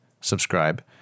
subscribe